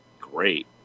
Great